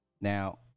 Now